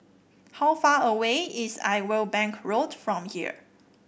how far away is Irwell Bank Road from here